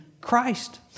Christ